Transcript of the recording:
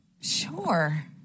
Sure